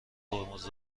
ترمز